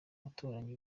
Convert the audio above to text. gutoranya